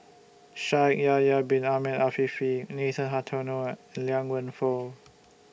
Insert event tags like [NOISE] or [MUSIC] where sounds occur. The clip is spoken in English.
Shaikh Yahya Bin Ahmed Afifi Nathan Hartono and Liang Wenfu [NOISE]